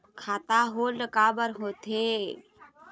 खाता होल्ड काबर होथे?